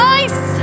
ice